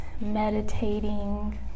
meditating